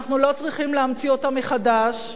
אנחנו לא צריכים להמציא אותה מחדש,